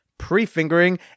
pre-fingering